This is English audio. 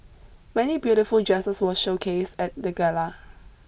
many beautiful dresses were showcased at the gala